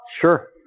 Sure